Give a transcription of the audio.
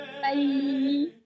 Bye